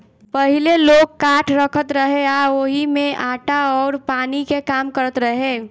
पहिले लोग काठ रखत रहे आ ओही में आटा अउर पानी के काम करत रहे